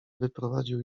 wyprowadził